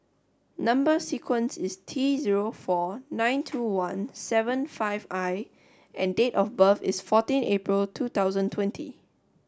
number sequence is T zero four nine two one seven five I and date of birth is fourteen April two thousand twenty